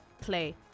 play